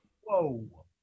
Whoa